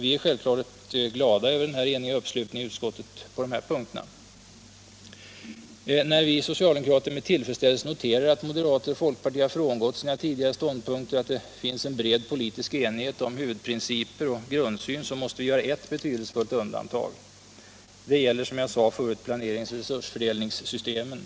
Vi är självfallet glada över den eniga uppslutningen i utskottet på dessa punkter. När vi socialdemokrater nu med tillfredsställelse noterar att moderater och folkpartister har frångått sina tidigare ståndpunkter och att det finns en bred politisk enighet om huvudprinciper och grundsyn, så måste vi göra ett betydelsefullt undantag. Det gäller, som jag sade förut, planerings och resursfördelningssystemet.